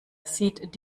sieht